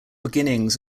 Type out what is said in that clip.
beginnings